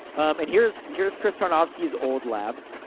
um and here's here's chris tarnovsky's old lab,